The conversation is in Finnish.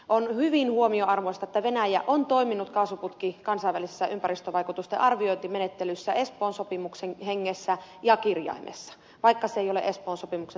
on hyvin huomionarvoista että venäjä on toiminut kaasuputken kansainvälisessä ympäristövaikutusten arviointimenettelyssä espoon sopimuksen hengessä ja kirjaimessa vaikka se ei ole espoon sopimuksen sopimusvaltio